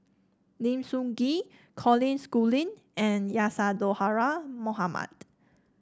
Lim Sun Gee Colin Schooling and Isadhora Mohamed